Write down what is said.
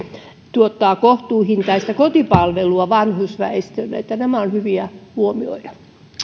tuottaa myös kohtuuhintaista kotipalvelua vanhusväestölle nämä on hyvä huomioida